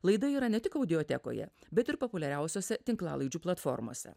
laida yra ne tik audiotekoje bet ir populiariausiose tinklalaidžių platformose